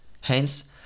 hence